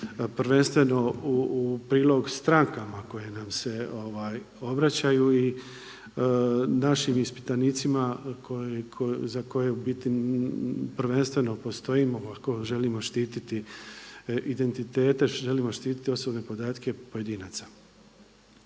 prvenstveno u prilog strankama koje nam se obraćaju i našim ispitanicima za koje u biti prvenstveno postojimo ako želimo štititi identitete, želimo štititi osobne podatke pojedinaca.